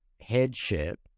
headship